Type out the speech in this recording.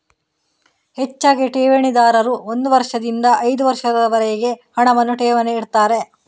ಹೆಚ್ಚಾಗಿ ಠೇವಣಿದಾರರು ಒಂದು ವರ್ಷದಿಂದ ಐದು ವರ್ಷಗಳವರೆಗೆ ಹಣವನ್ನ ಠೇವಣಿ ಇಡ್ತಾರೆ